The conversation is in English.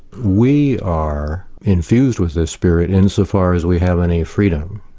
we are infused with this spirit insofar as we have any freedom.